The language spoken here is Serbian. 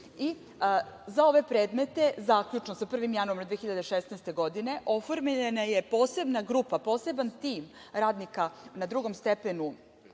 Za ove predmete, zaključno sa 1. januarom 2016. godine, oformljena je posebna grupa, poseban tim radnika na drugom stepenu